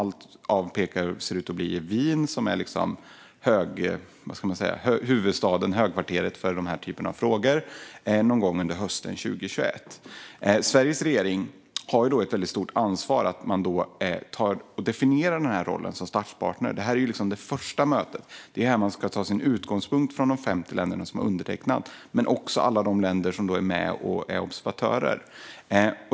Allt pekar på att det kommer att ske i Wien, som är huvudstaden eller högkvarteret för den här typen av frågor. Sveriges regering har ett väldigt stort ansvar att definiera rollen som statspartner. Det här är ju det första mötet. Det är här man ska ta sin utgångspunkt från de 50 länder som har undertecknat konventionen men också alla de länder som är med som observatörer.